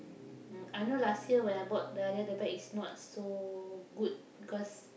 uh I know last year when I bought the Alia the bag is not so good because